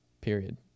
period